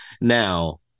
Now